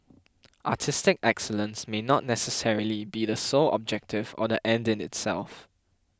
artistic excellence may not necessarily be the sole objective or the end in itself